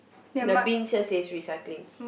the bins here says recycling